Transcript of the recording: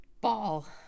Ball